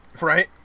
Right